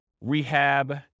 rehab